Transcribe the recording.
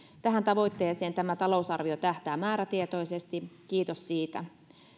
tähän tavoitteeseen tämä talousarvio tähtää määrätietoisesti kiitos siitä